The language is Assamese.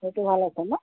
সেইটো ভাল আছে ন